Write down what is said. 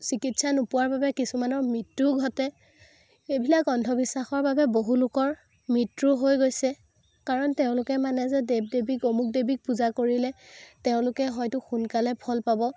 চিকিৎসা নোপোৱাৰ বাবে কিছুমানৰ মৃত্যুও ঘটে এইবিলাক অন্ধবিশ্বাসৰ বাবে বহু লোকৰ মৃত্যু হৈ গৈছে কাৰণ তেওঁলোকে মানে যে দেৱ দেৱী অমুক দেৱীক পূজা কৰিলে তেওঁলোকে হয়তো সোনকালে ফল পাব